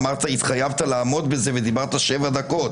אמרת שהתחייבת לעמוד בזה, ודיברת שבע דקות.